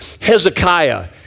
Hezekiah